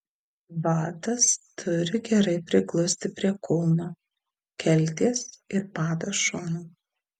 batas turi gerai priglusti prie kulno kelties ir pado šonų